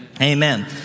Amen